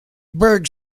berg